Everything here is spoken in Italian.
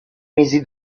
mesi